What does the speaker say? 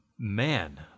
Man